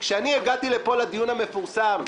-- כשאני הגעתי לפה לדיון המפורסם,